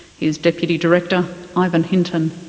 here's deputy director ivan hinton.